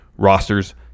rosters